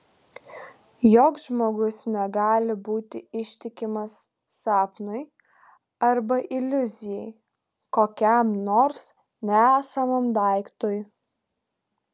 joks žmogus negali būti ištikimas sapnui arba iliuzijai kokiam nors nesamam daiktui